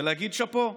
ולהגיד "שאפו".